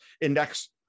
index